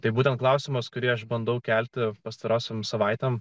tai būtent klausimas kurį aš bandau kelti pastarosiom savaitėm